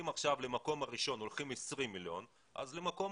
אם עכשיו למקום הראשון הולכים 20 מיליון אז למקום